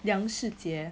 梁世杰